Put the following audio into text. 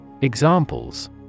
Examples